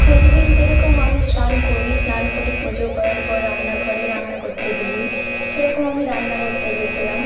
প্রতিদিন যেরকম আমি স্নান করি স্নান করে পুজো করার পর রান্নাঘরে রান্না করতে ঢুকি সেরকম আমি রান্না করতে গেছিলাম